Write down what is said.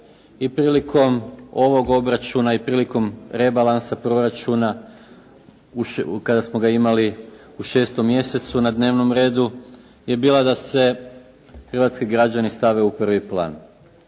i prilikom ovog obračuna i prilikom rebalansa proračuna kada smo ga imali u šestom mjesecu na dnevnom redu je bila da se hrvatski građani stave u prvi plan.